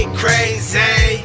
crazy